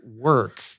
work